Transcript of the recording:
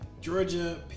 Georgia